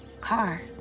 car